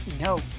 no